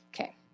Okay